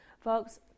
Folks